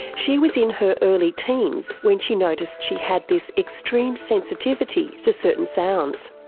she was in her early teens when she noticed she had this extreme sensitivity to certain sounds.